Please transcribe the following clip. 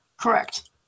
Correct